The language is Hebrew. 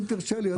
אם תרשה לי.